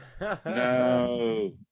No